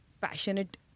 passionate